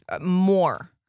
more